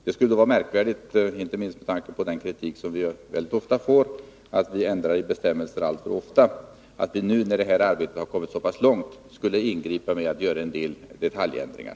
Det skulle vara märkvärdigt — inte minst med tanke på den kritik vi ofta får för att vi ändrar i bestämmelser alltför ofta —- Om vi nu, när arbetet har kommit så pass långt, skulle ingripa och göra detaljändringar.